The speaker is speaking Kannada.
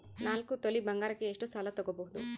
ನಾಲ್ಕು ತೊಲಿ ಬಂಗಾರಕ್ಕೆ ಎಷ್ಟು ಸಾಲ ತಗಬೋದು?